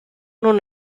non